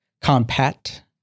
Compact